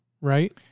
right